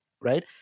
right